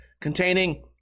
containing